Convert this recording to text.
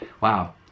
Wow